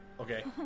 Okay